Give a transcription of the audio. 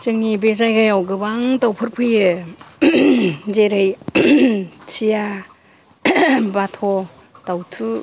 जोंनि बे जायगायाव गोबां दावफोरफैयो जेरै थिया बाथ' दावथु